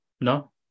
no